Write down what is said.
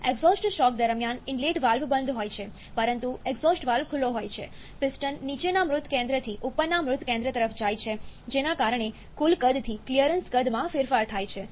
exhaust stroke દરમિયાન inlet valve બંધ હોય છે પરંતુ એક્ઝોસ્ટ વાલ્વ ખુલ્લો હોય છે પિસ્ટન નીચેના મૃત કેન્દ્રથી ઉપરના મૃત કેન્દ્ર તરફ જાય છે જેના કારણે કુલ કદથી ક્લિયરન્સ કદમાં કદમાં ફેરફાર થાય છે